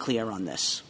clear on this